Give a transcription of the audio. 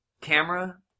camera